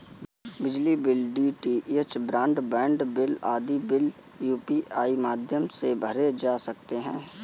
बिजली bill, DTH broadband bill आदि bill UPI माध्यम से भरे जा सकते हैं